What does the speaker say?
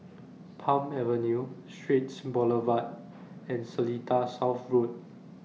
Palm Avenue Straits Boulevard and Seletar South Road